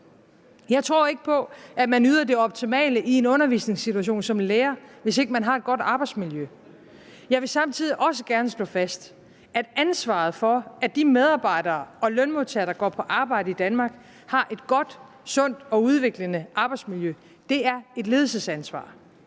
Jeg tror ikke på, at man yder det optimale i en undervisningssituation som lærer, hvis man ikke har et godt arbejdsmiljø. Jeg vil samtidig også gerne slå fast, at ansvaret for, at de medarbejdere og lønmodtagere, der går på arbejde i Danmark, har et godt, sundt og udviklende arbejdsmiljø, er et ledelsesansvar,